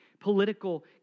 political